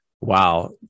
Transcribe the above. wow